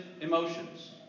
emotions